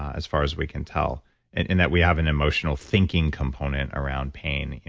ah as far as we can tell and and that we have an emotional thinking component around pain,